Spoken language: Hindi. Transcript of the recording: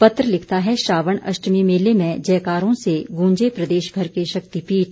पत्र लिखता है श्रावण अष्टमी मेले में जयकारों से गूंजे प्रदेशभर के शक्तिपीठ